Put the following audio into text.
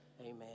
Amen